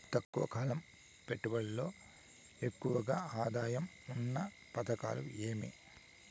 తక్కువ కాలం పెట్టుబడిలో ఎక్కువగా ఆదాయం ఉన్న పథకాలు ఏమి?